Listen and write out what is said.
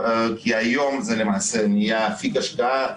כי היום זה נהיה אפיק השקעה,